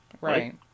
Right